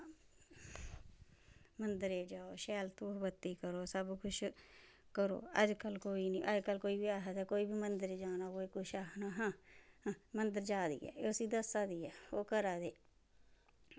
मन्दरें जाओ शैल धूफ बत्ती करो सब कुछ करो अजकल कोई नी अज कल कोई बी आखदा कोई बी मन्दर जाना होऐ कुछ आखना हं हं मन्दर जा दी ऐ एह् उसी दस्सा दी ऐ ओह् करा दे